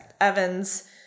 Evan's